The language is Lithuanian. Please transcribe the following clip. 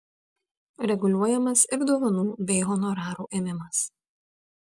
reguliuojamas ir dovanų bei honorarų ėmimas